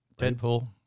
Deadpool